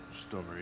story